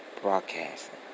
Broadcasting